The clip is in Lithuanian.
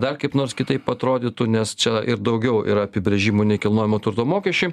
dar kaip nors kitaip atrodytų nes čia ir daugiau yra apibrėžimų nekilnojamo turto mokesčiui